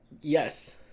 Yes